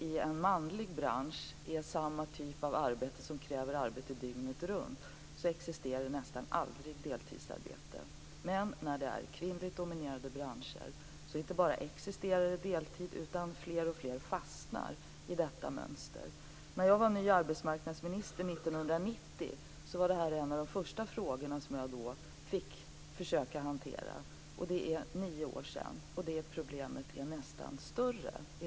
I en manlig bransch med arbete som kräver arbete dygnet runt existerar nästan aldrig deltidsarbete, men i kvinnligt dominerade branscher är det inte bara så att deltid existerar utan också så att fler och fler fastnar i detta mönster. Som ny arbetsmarknadsminister 1990 var det här en av de första frågor som jag fick försöka hantera. Det är nio år sedan, och problemet är i dag nästan större.